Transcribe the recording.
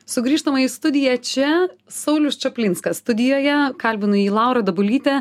sugrįžtama į studiją čia saulius čaplinskas studijoje kalbinu jį laura dabulytė